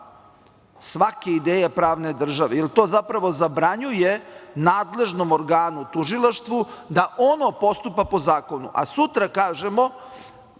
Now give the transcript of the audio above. svaka ideja pravne države, jel to zapravo zabranjuje nadležnom organu tužilaštvu da ono postupa po zakonu, a sutra kažemo